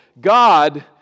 God